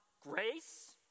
grace